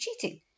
cheating